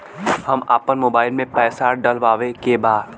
हम आपन मोबाइल में पैसा डलवावे के बा?